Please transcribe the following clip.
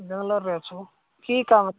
ବେଙ୍ଗଲୋରରେ ଅଛୁ କି କାମ